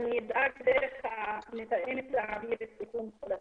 אני אדאג להעביר סיכום של התוכניות.